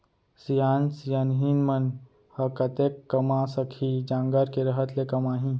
सियान सियनहिन मन ह कतेक कमा सकही, जांगर के रहत ले कमाही